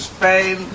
Spain